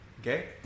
Okay